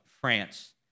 France